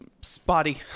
spotty